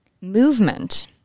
movement